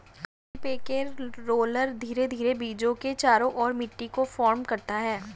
cultipacker roller धीरे धीरे बीजों के चारों ओर मिट्टी को फर्म करता है